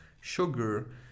sugar